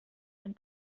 and